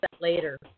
later